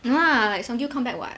no lah like sung-kyu come back [what]